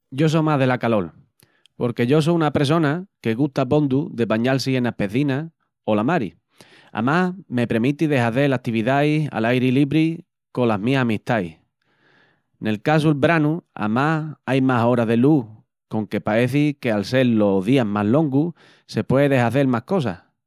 Yo so más dela calol, porque yo so una pressona que gusta abondu de bañal-si enas pecinas o la mari, amás me premiti de hazel atividais a l'airi libri colas mis amistais. Nel casu'l branu amás ai más oras de lús conque paeci que al sel los días más longus se pué de hazel más cosas.